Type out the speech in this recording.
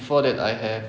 before that I have